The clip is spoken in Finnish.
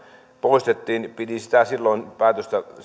poistettiin pidin sitä silloin